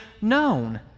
known